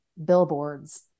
Billboards